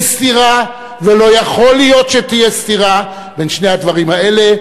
סתירה ולא יכול להיות שתהיה סתירה בין שני הדברים האלה.